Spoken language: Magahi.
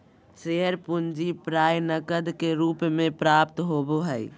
शेयर पूंजी प्राय नकद के रूप में प्राप्त होबो हइ